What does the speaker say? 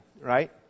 Right